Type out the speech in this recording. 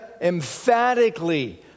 emphatically